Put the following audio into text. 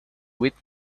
with